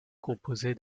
composée